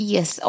Yes